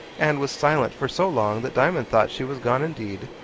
and was silent for so long that diamond thought she was gone indeed.